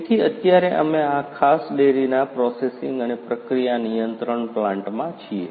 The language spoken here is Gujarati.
તેથી અત્યારે અમે આ ખાસ ડેરીના પ્રોસેસિંગ અને પ્રક્રિયા નિયંત્રણ પ્લાન્ટમાં છીએ